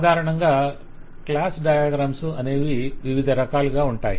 సాధారణంగా class diagrams అనేవి వివిధ రకాలుగా ఉంటాయి